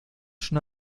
schon